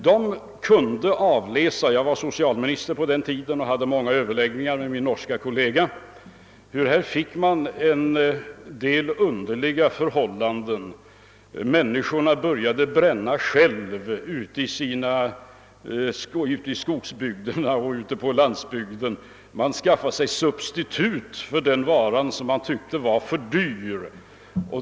Där kunde man konstatera — jag var socialminister på den tiden och hade många överläggningar med min norske kollega — en del underliga förhållanden. Människorna började bränna själva ute i skogsbygderna och på landsbygden. Folk skaffade sig substitut för den vara som var för dyr.